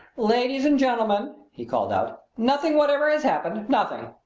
ladies and gentlemen, he called out, nothing whatever has happened nothing!